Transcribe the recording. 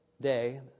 day